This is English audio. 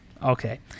Okay